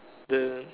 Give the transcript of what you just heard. then